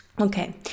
okay